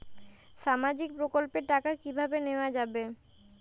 সামাজিক প্রকল্পের টাকা কিভাবে নেওয়া যাবে?